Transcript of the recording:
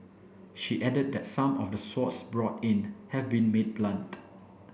she added that some of the swords brought in have been made blunt